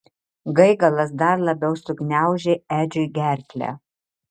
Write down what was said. gaigalas dar labiau sugniaužė edžiui gerklę